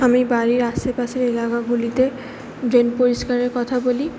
আমি বাড়ির আশেপাশের এলাকাগুলিতে ড্রেন পরিষ্কারের কথা বলি